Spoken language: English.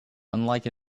unlike